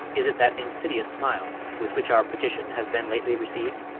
is it that insidious smile with which our petition has been lately received?